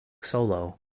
solo